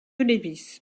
lévis